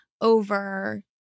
over